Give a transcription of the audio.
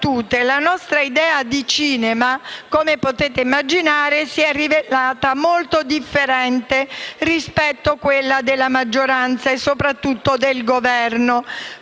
la nostra idea di cinema - come potete immaginare - si è rivelata molto differente da quella della maggioranza e soprattutto del Governo,